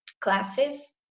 classes